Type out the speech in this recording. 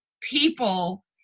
people